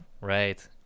right